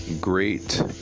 great